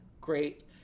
great